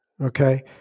okay